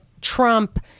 Trump